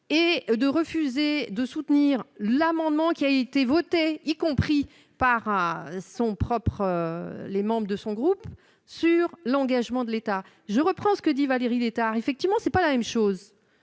et de refuser de soutenir l'amendement qui a été votée, y compris par son propre, les membres de son groupe sur l'engagement de l'État, je reprends ce que dit Valérie Létard, effectivement, c'est pas la même chose,